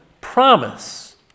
promise